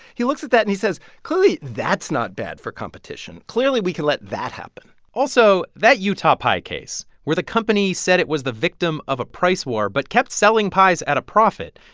he looks at that and he says, clearly that's not bad for competition. clearly, we can let that happen also, that utah pie case where the company said it was the victim of a price war but kept selling pies at a profit,